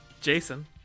Jason